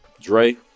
Dre